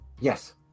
Yes